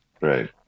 Right